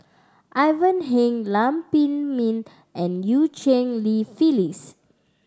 Ivan Heng Lam Pin Min and Eu Cheng Li Phyllis